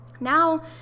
now